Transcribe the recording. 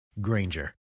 Granger